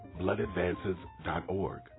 bloodadvances.org